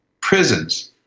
prisons